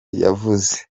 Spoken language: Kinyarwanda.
yavuze